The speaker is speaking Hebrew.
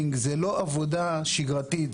זו לא עבודה שגרתית,